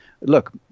look